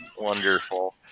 wonderful